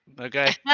Okay